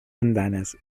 andanes